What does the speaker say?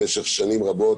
במשך שנים רבות,